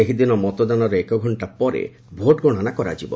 ସେହିଦିନ ମତଦାନର ଏକଘଣ୍ଟା ପରେ ଭୋଟ୍ ଗଣନା କରାଯିବ